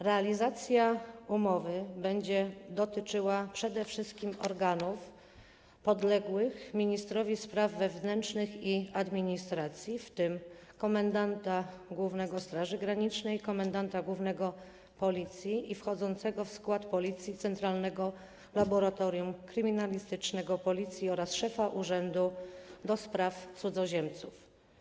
Realizacja umowy będzie dotyczyła przede wszystkim organów podległych ministrowi spraw wewnętrznych i administracji, w tym komendanta głównego Straży Granicznej, komendanta głównego Policji i wchodzącego w skład Policji Centralnego Laboratorium Kryminalistycznego Policji oraz szefa Urzędu do Spraw Cudzoziemców.